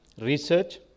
research